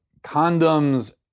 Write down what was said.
condoms